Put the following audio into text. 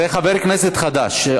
זה חבר כנסת חדש.